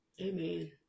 Amen